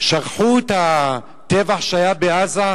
שכחו את הטבח שהיה בעזה,